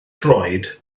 droed